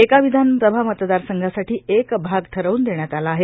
एका विधानसभा मतदारसंघासाठी एक भाग ठरवून देण्यात आला आहे